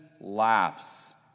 laughs